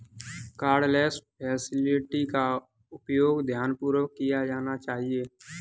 cardless facility का उपयोग ध्यानपूर्वक किया जाना चाहिए